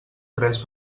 tres